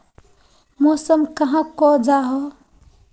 मौसम कहाक को जाहा?